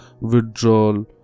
withdrawal